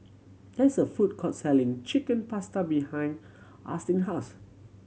there is a food court selling Chicken Pasta behind Austen house